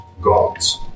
gods